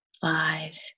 five